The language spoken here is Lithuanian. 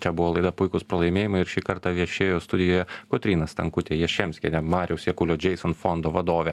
čia buvo laida puikūs pralaimėjimai ir šį kartą viešėjo studijoje kotryna stankutė jaščemskienė mariaus jakulio džeison fondo vadovė